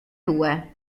due